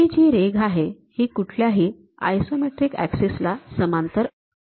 ही जी रेघ आहे ही कुठल्याही आयसोमेट्रिक ऍक्सिस ला समांतर असेल